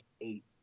eight